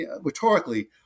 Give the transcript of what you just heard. rhetorically